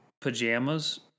pajamas